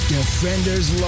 Defenders